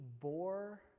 bore